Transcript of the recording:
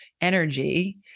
energy